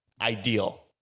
ideal